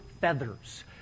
feathers